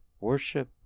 worship